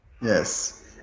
Yes